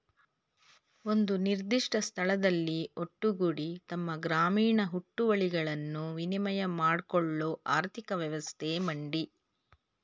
ಒಂದು ನಿರ್ದಿಷ್ಟ ಸ್ಥಳದಲ್ಲಿ ಒಟ್ಟುಗೂಡಿ ತಮ್ಮ ಗ್ರಾಮೀಣ ಹುಟ್ಟುವಳಿಗಳನ್ನು ವಿನಿಮಯ ಮಾಡ್ಕೊಳ್ಳೋ ಆರ್ಥಿಕ ವ್ಯವಸ್ಥೆ ಮಂಡಿ